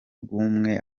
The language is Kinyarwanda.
bw’umwe